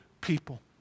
people